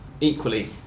Equally